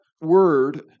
word